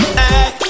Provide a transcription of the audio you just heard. hey